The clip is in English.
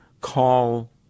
call